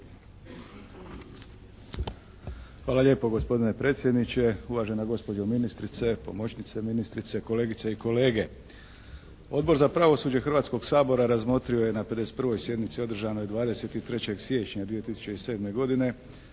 Hvala lijepo gospodine predsjedniče, uvažena gospođo ministrice, pomoćnice ministrice, kolegice i kolege. Odbor za pravosuđe Hrvatskog sabora razmotrio je na 51. sjednici održanoj 23. siječnja 2007. godine